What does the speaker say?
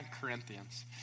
Corinthians